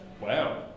Wow